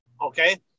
Okay